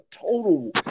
total –